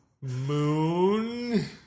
Moon